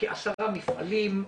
כ-10 מפעלים,